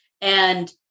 And-